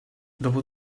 dopo